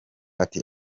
ati